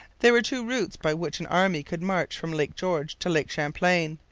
there were two routes by which an army could march from lake george to lake champlain.